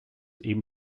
eben